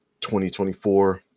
2024